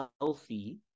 healthy